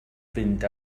fynd